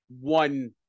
one